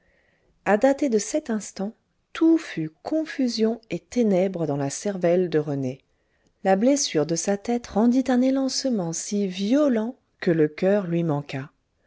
a dater de cet instant tout fut confusion et ténèbres dans la cervelle de rené la blessure de sa tête rendit un élancement si violent que le coeur lui manqua